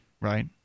Right